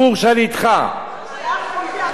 כל הכבוד.